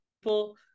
people